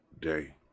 day